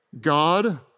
God